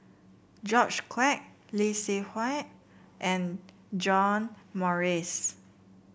George Quek Lee Seng Huat and John Morrice